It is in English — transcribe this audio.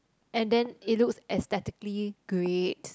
and then it looks aesthetically great